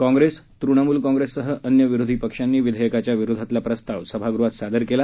काँग्रेस तृणमूल काँग्रेससह अन्य विरोधी पक्षांनी विधेयकाच्या विरोधातला प्रस्ताव सभागृहात सादर केला